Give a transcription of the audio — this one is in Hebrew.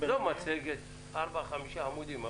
זו מצגת, ארבעה, חמישה עמודים.